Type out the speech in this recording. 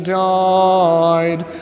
died